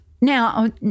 Now